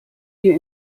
ihr